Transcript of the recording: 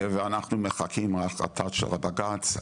ואנחנו מחכים להחלטת בג"ץ,